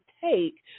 take